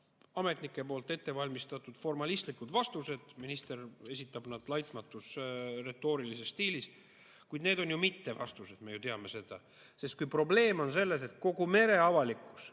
ametnike poolt ette valmistatud formalistlikud vastused. Minister esitab need laitmatus retoorilises stiilis, kuid need on ju mittevastused – me ju teame seda. Sest probleem on selles, et kogu mereavalikkus